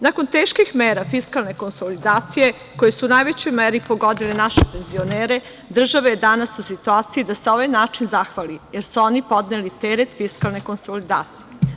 Nakon teških mera fiskalne konsolidacije koje su u najvećoj meri pogodili naše penzionere, država je danas u situaciji da se na ovaj način zahvali, jer su oni podneli teret fiskalne konsolidacije.